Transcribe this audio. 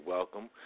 Welcome